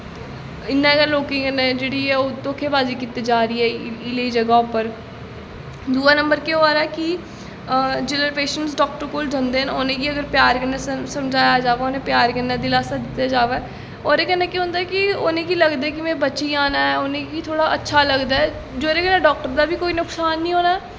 इ'यां गै लोकें कन्नै ओह् जेह्ड़ी धोक्खेबाज़ी कीती जा करदी ऐ एह् जेही जगह उप्पर दुआ नंबर केह् होआ दा ऐ कि जिसलै पेशैंटस डाक्टर कोल जंदे न उ'नें गी प्यार कन्नैं समझाया जा प्यार कन्नै दिलासा दित्ता जावै ओह्दे कन्नै केह् होंदा ऐ कि उ'नें गी लगदा ऐ कि में बची जाना ऐ जेह्ड़ा अच्छा लगदा ऐ जेह्दे कन्नै डाक्टर दा बी कोई नुकसान नि होना